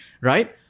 right